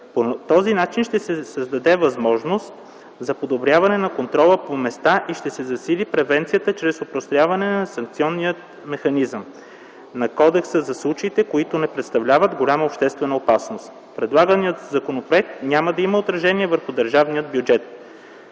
този начин ще се даде възможност за подобряване на контрола по места и ще се засили превенцията чрез опростяването на санкциониращия механизъм на кодекса за случаите, които не представляват голяма обществена опасност. Предлаганият законопроект няма да има отражение върху държавния бюджет.